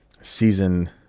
season